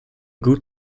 gut